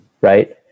Right